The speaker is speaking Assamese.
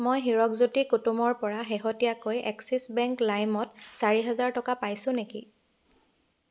মই হীৰকজ্যোতি কুটুমৰপৰা শেহতীয়াকৈ এক্সিছ বেংক লাইমত চাৰি হেজাৰ টকা পাইছোঁ নেকি